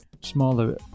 smaller